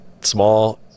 small